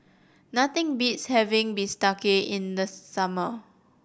nothing beats having bistake in the summer